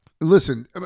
listen